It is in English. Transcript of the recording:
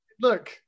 look